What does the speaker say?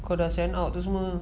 kau dah send out tu semua